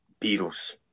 Beatles